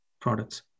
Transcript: products